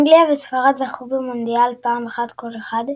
אנגליה וספרד זכו במונדיאל פעם אחת כל אחת.